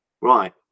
right